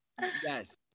Yes